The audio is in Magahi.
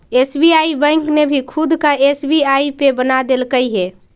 एस.बी.आई बैंक ने भी खुद का एस.बी.आई पे बना देलकइ हे